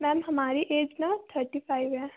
ma'am हमारी age ना thirty five है